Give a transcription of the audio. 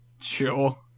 Sure